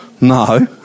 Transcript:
No